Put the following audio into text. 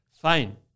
Fine